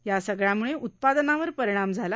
या सगळ्यामुळे उत्पादनावर परिणाम झाला